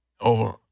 over